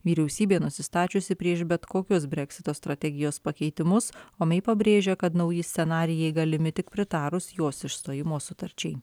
vyriausybė nusistačiusi prieš bet kokius breksito strategijos pakeitimus o mei pabrėžia kad nauji scenarijai galimi tik pritarus jos išstojimo sutarčiai